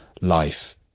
life